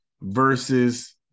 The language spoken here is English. versus